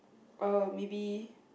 err maybe